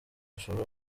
ashobora